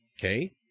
Okay